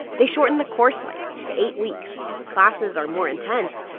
they shortened the course length to eight weeks. classes are more intense,